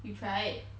you tried